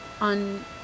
on